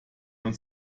man